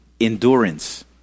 endurance